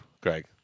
Greg